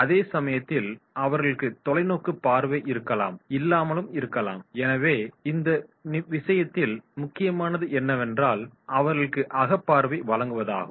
அதே சமயத்தில் அவர்களுக்கு தொலைநோக்கு பார்வை இருக்கலாம் இல்லாமலும் இருக்கலாம் எனவே அந்த விஷயத்தில் முக்கியமானது என்னவென்றால் அவர்களுக்கு அகபார்வையை வழங்குவதாகும்